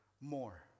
more